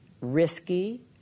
risky